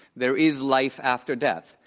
there is life after death.